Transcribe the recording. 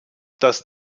dass